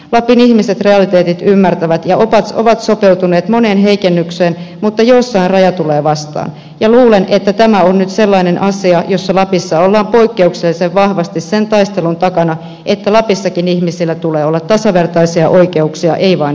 lapin ihmiset ymmärtävät realiteetit ja ovat sopeutuneet moneen heikennykseen mutta jossain raja tulee vastaan ja luulen että tämä on nyt sellainen asia jossa lapissa ollaan poikkeuksellisen vahvasti sen taistelun takana että lapissakin ihmisillä tulee olla tasavertaisia oikeuksia ei vain velvollisuuksia